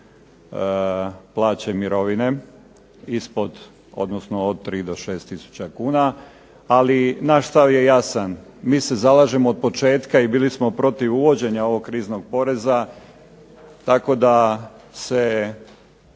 plaće, mirovine, ispod odnosno od 3 do 6 tisuća kuna, ali naš stav je jasan. Mi se zalažemo od početka i bili smo protiv uvođenja ovog kriznog poreza tako da se